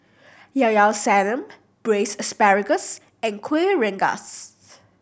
Llao Llao Sanum Braised Asparagus and Kuih Rengas